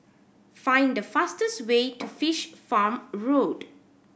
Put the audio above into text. find the fastest way to Fish Farm Road